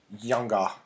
younger